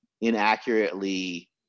inaccurately